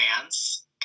fans